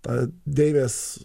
tą deivės